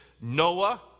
Noah